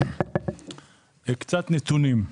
קצת נתונים.